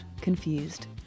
Confused